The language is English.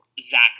Zach